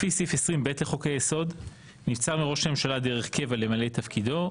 לפי סעיף 20ב לחוק היסוד נבצר מראש הממשלה דרך קבע למלא את תפקידו,